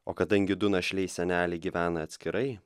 o kadangi du našliai seneliai gyvena atskirai